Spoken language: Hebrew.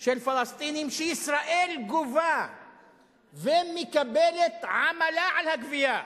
של פלסטינים, שישראל גובה ומקבלת עמלה על הגבייה,